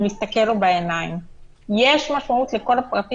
ואנחנו מקבלים רשימה כל ערב.